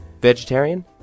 Vegetarian